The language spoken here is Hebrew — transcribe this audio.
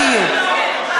בדיוק.